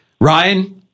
Ryan